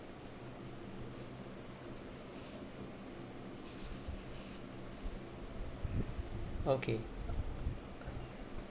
okay